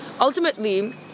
ultimately